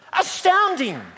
Astounding